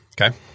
Okay